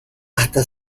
hasta